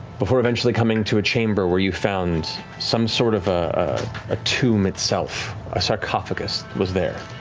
before eventually coming to a chamber where you found some sort of ah a tomb itself. a sarcophagus was there.